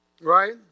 right